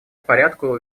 порядку